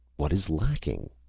what is lacking?